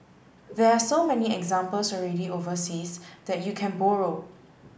there are so many examples already overseas that you can borrow